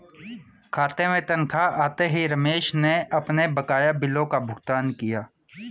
खाते में तनख्वाह आते ही रमेश ने अपने बकाया बिलों का भुगतान किया